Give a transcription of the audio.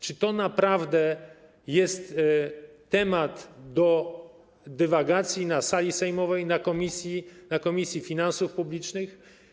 Czy to naprawdę jest temat do dywagacji na sali sejmowej, w Komisji Finansów Publicznych?